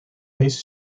deze